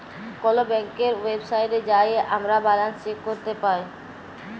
call ব্যাংকের ওয়েবসাইটে যাঁয়ে আমরা ব্যাল্যান্স চ্যাক ক্যরতে পায়